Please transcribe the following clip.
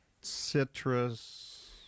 Citrus